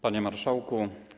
Panie Marszałku!